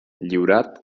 lliurat